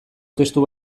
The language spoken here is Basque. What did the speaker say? testu